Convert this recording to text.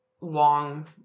long